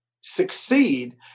succeed